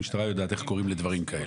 המשטרה יודעת איך קוראים לדברים כאלה.